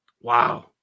Wow